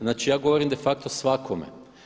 Znači, ja govorim de facto svakome.